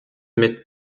mettent